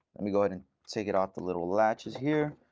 let me go ahead and take it off the little latches here.